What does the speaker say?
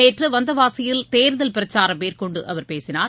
நேற்று வந்தவாசியில் தேர்தல் பிரச்சாரம் மேற்கொண்டு அவர் பேசினார்